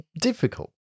Difficult